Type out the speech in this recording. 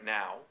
now